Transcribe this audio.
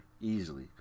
easily